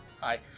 Hi